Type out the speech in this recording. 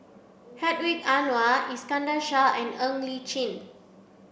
Hedwig Anuar Iskandar Shah and Ng Li Chin